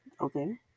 Okay